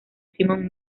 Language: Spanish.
simon